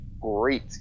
great